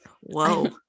Whoa